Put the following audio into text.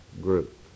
group